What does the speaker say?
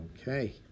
okay